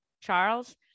Charles